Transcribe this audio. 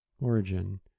Origin